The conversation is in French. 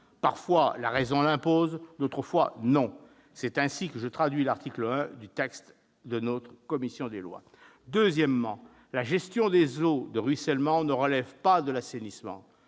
Parfois, la raison l'impose, d'autres fois non. C'est ainsi que je traduis l'article 1 du texte de la commission des lois. Deuxièmement, la gestion des eaux de ruissellement ne relève pas de l'assainissement.